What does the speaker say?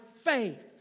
faith